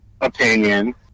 opinion